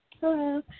Hello